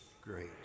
great